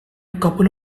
couple